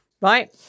right